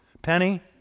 Penny